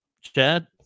Chad